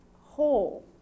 whole